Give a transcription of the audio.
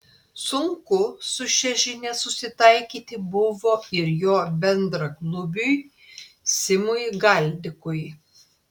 sunku su šia žinia susitaikyti buvo ir jo bendraklubiui simui galdikui